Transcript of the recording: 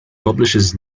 publishes